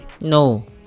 no